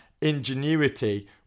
ingenuity